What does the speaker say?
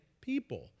people